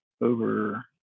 over